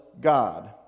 God